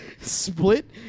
split